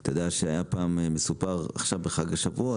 אתה יודע שהיה מסופר פעם, שבחג השבועות